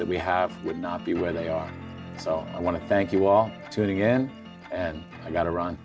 that we have would not be where they are so i want to thank you all to it again and i got to run